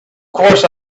course